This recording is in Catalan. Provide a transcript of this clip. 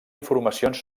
informacions